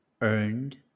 earned